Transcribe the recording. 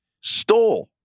stole